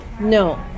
No